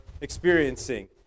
experiencing